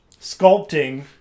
sculpting